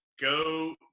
go